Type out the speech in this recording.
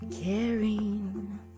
caring